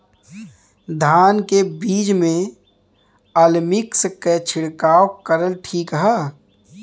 धान के बिज में अलमिक्स क छिड़काव करल ठीक ह?